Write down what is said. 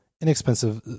inexpensive